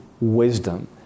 wisdom